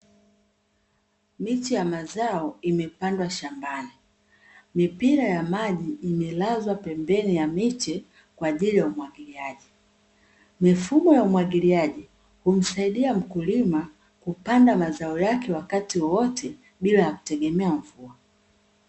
Miche ya mazao imepandwa shambani. Mipira ya maji imelazwa pembeni ya miche kwa ajili ya umwagiliaji. Mifumo ya umwagiliaji humsaidia mkulima kupanda mazao yake wakati wowote bila ya kutegemea mvua.